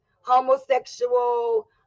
homosexual